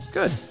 good